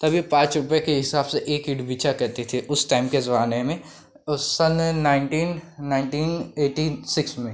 तब यह पाँच रुपये के हिसाब से एक ईंट बिका करती थी उस टाइम के ज़माने में और सन नाइन्टीन नाइन्टीन एट्टी सिक्स में